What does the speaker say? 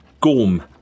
Gorm